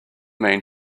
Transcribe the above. mean